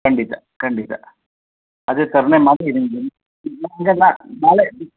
ಖಂಡಿತ ಖಂಡಿತ ಅದೇ ಥರನೇ ಮಾಡಿ ನಾಳೆ